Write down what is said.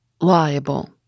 liable